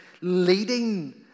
leading